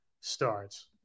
starts